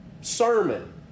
sermon